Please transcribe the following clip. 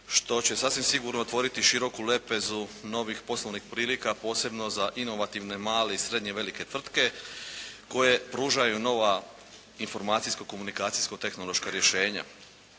što će sasvim sigurno otvoriti široku lepezu novih poslovnih prilika posebno za inovativne male i srednje velike tvrtke koje pružaju nova informacijsko komunikacijsko tehnološka rješenja.